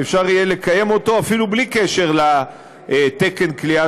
ויהיה אפשר לקיים אותו אפילו בלי קשר לתקן הכליאה,